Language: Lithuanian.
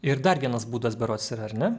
ir dar vienas būdas berods yra ar ne